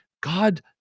God